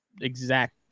exact